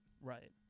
Right